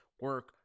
Work